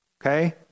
Okay